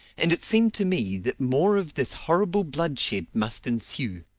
and it seemed to me that more of this horrible bloodshed must ensue.